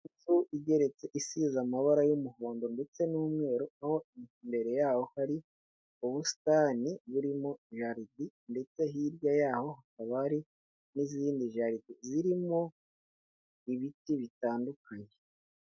Inzu igeretse isize amabara y'umuhondo ndetse n'umweru; aho imbere yaho hari ubusitani burimo jaridi ndetse hirya yaho hakaba hari n'izindi jaridi zirimo ibiti bitandukanye.